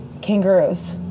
kangaroos